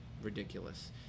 ridiculous